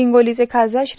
हिंगोलीचे खासदार श्री